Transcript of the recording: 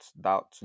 doubt